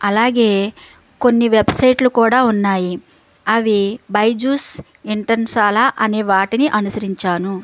అలాగే కొన్ని వెబ్సైట్లు కూడా ఉన్నాయి అవి బైజూస్ ఇంటర్న్షాల అనే వాటిని అనుసరించాను